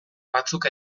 batzuk